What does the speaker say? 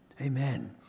Amen